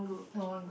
no one group